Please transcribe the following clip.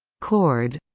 chord?